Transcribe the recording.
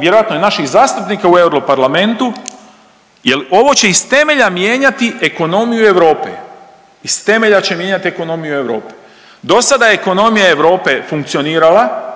vjerojatno i naših zastupnika u Europarlamentu jer ovo će iz temelja mijenjati ekonomiju Europe. Iz temelja će mijenjati ekonomiju Europe. Do sada ekonomija Europe funkcionirala,